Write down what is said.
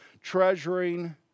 treasuring